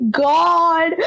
god